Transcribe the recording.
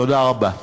תודה רבה.